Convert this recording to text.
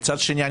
מצד שני,